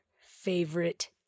Favorite